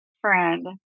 friend